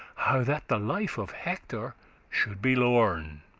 how that the life of hector should be lorn,